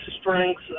strengths